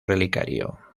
relicario